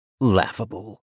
Laughable